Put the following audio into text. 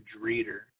reader